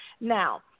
Now